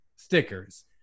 stickers